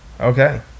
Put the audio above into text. Okay